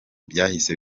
byahise